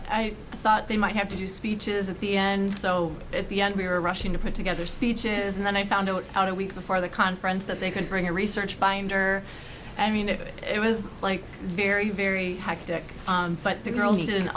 i thought they might have to do speeches at the end so at the end we were rushing to put together speeches and then i found out a week before the conference that they could bring a research binder i mean it was like very very hectic but the girl needed an